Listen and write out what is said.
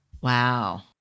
Wow